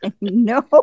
No